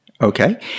Okay